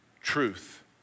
truth